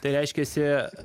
tai reiškiasi